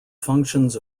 functions